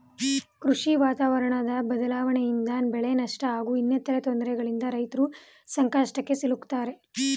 ಕೃಷಿ ವಾತಾವರಣ ಬದ್ಲಾವಣೆಯಿಂದ ಬೆಳೆನಷ್ಟ ಹಾಗೂ ಇನ್ನಿತರ ತೊಂದ್ರೆಗಳಿಂದ ರೈತರು ಸಂಕಷ್ಟಕ್ಕೆ ಸಿಲುಕ್ತಾರೆ